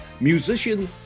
musician